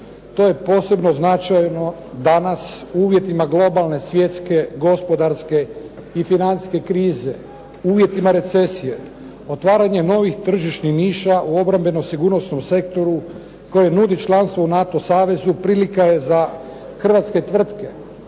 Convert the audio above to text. To je posebno značajno danas u uvjetima globalne svjetske gospodarske i financijske krize, uvjetima recesije, otvaranja novih tržišnih niša u obrambeno-sigurnosnom sektoru koje nudi članstvo u NATO savezu prilika je za hrvatske tvrtke,